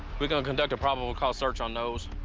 we're going to conduct a probable cause search on those.